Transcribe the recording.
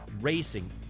racing